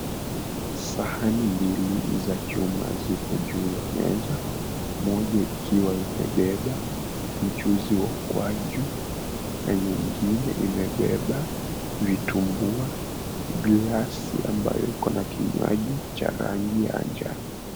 Sahani mbili za chuma zimewekwa juu ya meza, moja ikiwa imebeba mchuzi wa ukwaju na nyengine imebeba vitumbua, glasi ambayo iko na kinywaji cha rangi ya manjano.